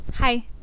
Hi